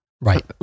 Right